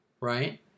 Right